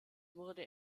wurde